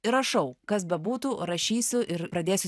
ir rašau kas bebūtų rašysiu ir pradėsiu